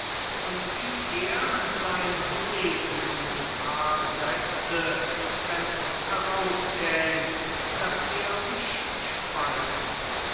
und wie er sein leben in gefahr setze wenn es herauskäme daß er mich speise